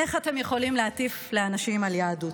איך אתם יכולים להטיף לאנשים על יהדות?